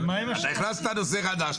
אתה הכנסת נושא חדש.